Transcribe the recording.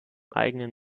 eigenen